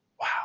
Wow